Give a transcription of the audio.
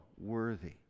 worthy